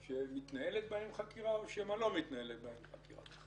שמתנהלת בהן חקירה או שמא לא מתנהלת בהן חקירה?